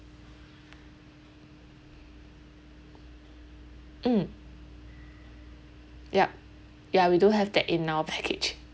mm ya ya we do have the indoor package